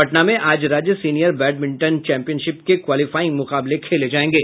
पटना में आज राज्य सीनियर बैड मिंटन चैंपियनशिप के क्वाईलिफाइंग मुकाबले खेले जायेंगे